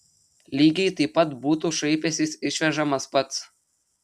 lygiai taip pat būtų šaipęsis išvežamas pats